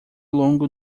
longo